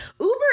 uber